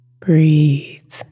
Breathe